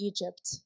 Egypt